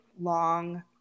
long